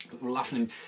laughing